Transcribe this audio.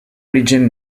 origen